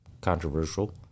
controversial